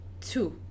two